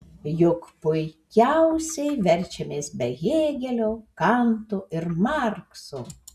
juk puikiausiai verčiamės be hėgelio kanto ir markso